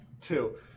Two